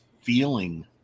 feeling